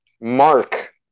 mark